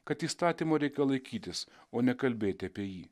kad įstatymo reika laikytis o ne kalbėti apie jį